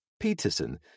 Peterson